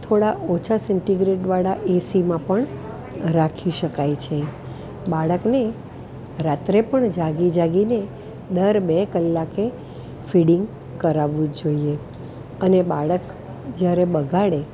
થોડાં ઓછાં સેન્ટિગ્રેડવાળા એસીમાં પણ રાખી શકાય છે બાળકને રાત્રે પણ જાગી જાગીને દર બે કલાકે ફીડિંગ કરાવવું જોઈએ અને બાળક જ્યારે બગાડે